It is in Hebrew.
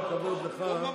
עם כל הכבוד לך, הוא ממלכתי.